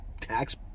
tax